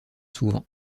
souvent